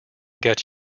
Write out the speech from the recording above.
get